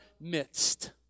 midst